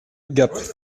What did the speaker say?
gap